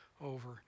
over